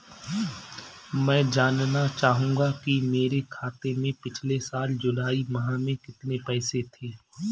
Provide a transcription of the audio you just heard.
मैं जानना चाहूंगा कि मेरे खाते में पिछले साल जुलाई माह में कितने पैसे थे?